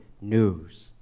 news